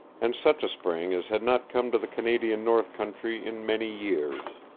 and such a spring as had not come to the canadian north country in many years.